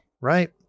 right